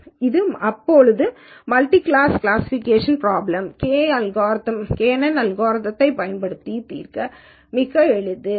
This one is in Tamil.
எனவே மல்டி கிளாஸ் பிராப்ளம்கள் kNN அல்காரிதம்யைப் பயன்படுத்தி தீர்க்க மிகவும் எளிதானது